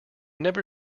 never